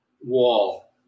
Wall